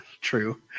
true